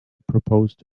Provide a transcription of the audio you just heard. proposed